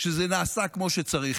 שזה נעשה כמו שצריך.